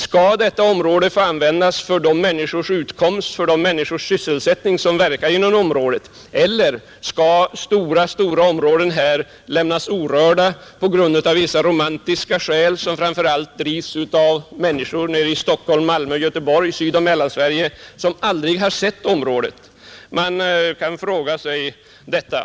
Skall detta område få användas för de människors utkomst och sysselsättning som verkar i området eller skall stora, stora områden lämnas orörda på grund av vissa romantiska skäl som framför allt drivs av människor nere i Stockholm, Malmö, Göteborg, i Sydoch Mellansverige, vilka aldrig har sett området? Man kan fråga sig detta.